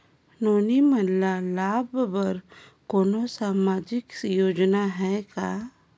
नोनी मन ल लाभ बर कोनो सामाजिक योजना हे का?